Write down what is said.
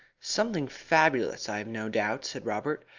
something fabulous, i have no doubt, said robert,